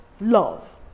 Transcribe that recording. love